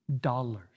dollars